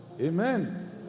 Amen